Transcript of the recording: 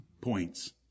points